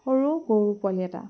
সৰু গৰু পোৱালি এটা